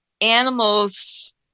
animals